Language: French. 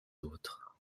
autres